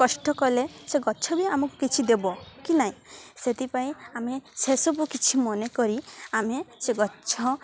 କଷ୍ଟ କଲେ ସେ ଗଛ ବି ଆମକୁ କିଛି ଦେବ କି ନାହିଁ ସେଥିପାଇଁ ଆମେ ସେସବୁ କିଛି ମନେକରି ଆମେ ସେ ଗଛ